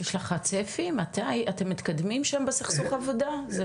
יש לך צפי מתי אתם מתקדמים שם בפתרון סכסוך העבודה?